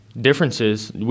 differences